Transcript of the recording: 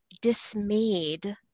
dismayed